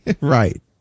Right